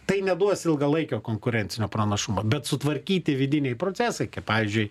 tai neduos ilgalaikio konkurencinio pranašumo bet sutvarkyti vidiniai procesai kaip pavyzdžiui